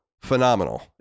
phenomenal